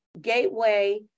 Gateway